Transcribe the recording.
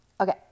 Okay